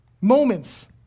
moments